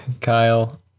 Kyle